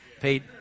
Pete